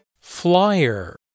Flyer